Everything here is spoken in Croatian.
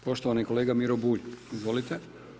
Poštovani kolega Miro Bulj, izvolite.